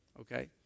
okay